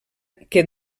que